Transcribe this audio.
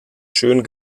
schön